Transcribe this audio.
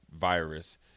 virus